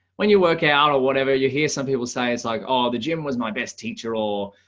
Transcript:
when you work out or whatever you hear some people say it's like all the gym was my best teacher or,